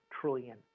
trillion